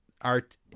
art